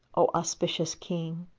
o auspicious king,